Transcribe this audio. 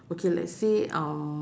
okay let's say um